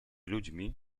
ludźmi